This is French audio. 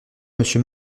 monsieur